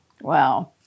Wow